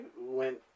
went